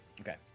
Okay